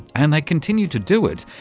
and they continue to do it,